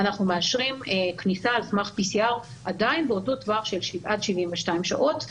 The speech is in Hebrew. אנחנו מאשרים כניסה על סמך PCR באותו טווח של עד 72 שעות,